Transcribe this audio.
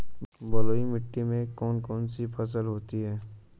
बलुई मिट्टी में कौन कौन सी फसल होती हैं?